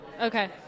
Okay